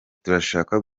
turashaka